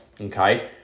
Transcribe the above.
okay